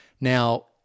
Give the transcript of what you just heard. now